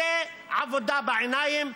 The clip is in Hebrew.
זו עבודה בעיניים.